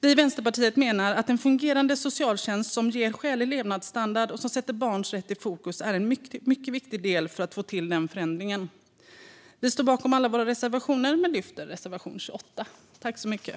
Vi i Vänsterpartiet menar att en fungerade socialtjänst som ger skälig levnadsstandard och sätter barns rätt i fokus är en mycket viktig del för att få till den förändringen. Vi står bakom alla våra reservationer, men jag yrkar bifall endast till reservation 28.